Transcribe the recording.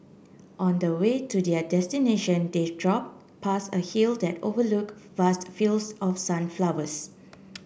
on the way to their destination they drove past a hill that overlook vast fields of sunflowers